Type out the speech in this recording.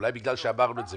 אולי בגלל שאמרנו את זה,